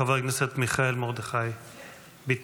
חבר הכנסת מיכאל מרדכי ביטון.